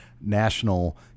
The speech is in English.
national